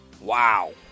Wow